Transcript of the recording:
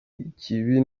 ikibi